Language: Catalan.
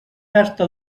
tasta